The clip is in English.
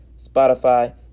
Spotify